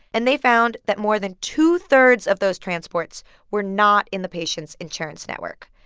and they found that more than two-thirds of those transports were not in the patient's insurance network.